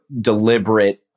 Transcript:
deliberate